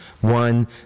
one